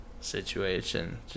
situation